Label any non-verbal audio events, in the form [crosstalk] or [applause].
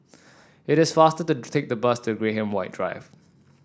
it is faster to [noise] take the bus to Graham White Drive